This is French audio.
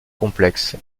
complexe